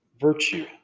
virtue